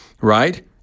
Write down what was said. right